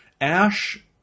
Ash